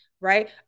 right